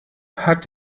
hat